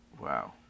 Wow